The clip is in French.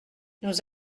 nous